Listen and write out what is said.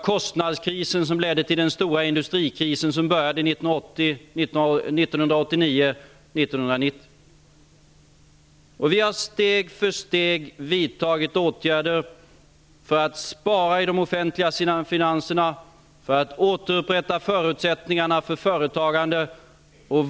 Kostnadskrisen ledde till den stora industrikrisen som började 1980 och fortsatte Vi har steg för steg vidtagit åtgärder för att spara i de offentliga finanserna och för att återupprätta förutsättningarna för företagande.